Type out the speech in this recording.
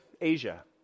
Asia